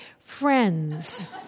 friends